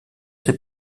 ses